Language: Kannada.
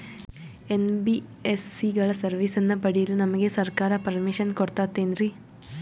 ಎನ್.ಬಿ.ಎಸ್.ಸಿ ಗಳ ಸರ್ವಿಸನ್ನ ಪಡಿಯಲು ನಮಗೆ ಸರ್ಕಾರ ಪರ್ಮಿಷನ್ ಕೊಡ್ತಾತೇನ್ರೀ?